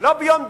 לא ביום ד',